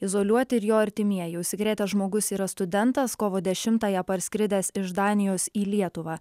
izoliuoti ir jo artimieji užsikrėtęs žmogus yra studentas kovo dešimtąją parskridęs iš danijos į lietuvą